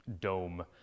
dome